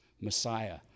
Messiah